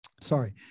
Sorry